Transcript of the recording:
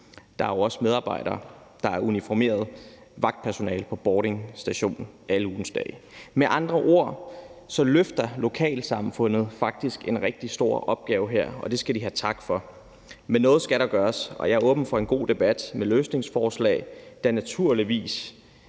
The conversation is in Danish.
Der er jo også medarbejdere, der er uniformeret, og vagtpersonale på Bording Station alle ugens dage. Med andre ord løfter lokalsamfundet faktisk en rigtig stor opgave her, og det skal de have tak for. Men noget skal der gøres, og jeg er åben for en god debat med løsningsforslag, der naturligvis